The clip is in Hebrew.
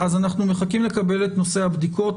אנחנו מחכים לקבלת נושא הבדיקות.